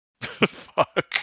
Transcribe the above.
fuck